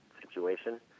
situation